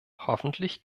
hoffentlich